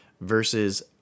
versus